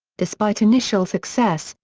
despite initial success,